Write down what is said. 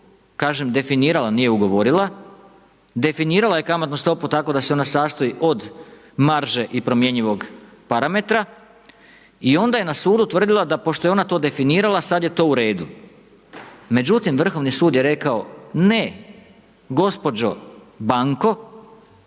kažem definirala nije ugovorila, definirala je kamatnu stopu tako da se ona sastoji od marže i promjenjivog parametra i onda je na sudu tvrdila da pošto je ona to definirala sad je to u redu. Međutim Vrhovni sud je rekao ne gospođo banko,